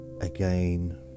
Again